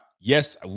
Yes